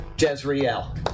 Jezreel